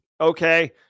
Okay